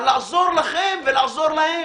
על לעזור לכם ולעזור להם.